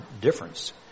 difference